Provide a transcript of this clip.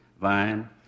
vine